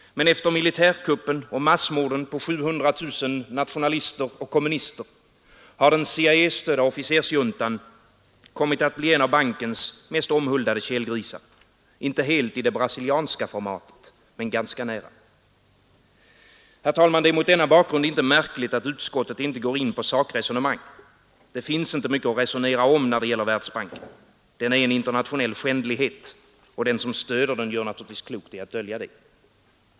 Men efter militärkuppen och massmorden på 700 000 nationalister och kommunister har den CIA-stödda officersjuntan kommit att bli en av bankens mest omhuldade kelgrisar, inte helt i det brasilianska formatet, men ganska nära. Herr talman! Det är mot denna bakgrund inte märkligt att utskottet inte går in på sakresonemang. Det finns inte mycket att resonera om när det gäller Världsbanken. Den är en internationell skändlighet. Den som stöder den gör naturligtvis klokt i att dölja det.